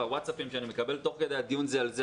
הווטסאפים שאני מקבל תוך כדי דיון זה על זה,